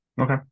Okay